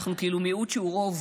אנחנו כאילו מיעוט שהוא רוב.